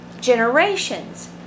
generations